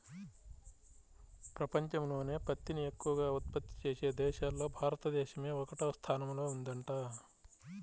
పెపంచంలోనే పత్తిని ఎక్కవగా ఉత్పత్తి చేసే దేశాల్లో భారతదేశమే ఒకటవ స్థానంలో ఉందంట